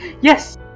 yes